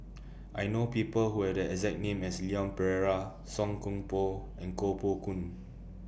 I know People Who Have The exact name as Leon Perera Song Koon Poh and Koh Poh Koon